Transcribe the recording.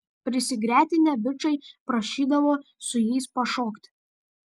prisigretinę bičai prašydavo su jais pašokti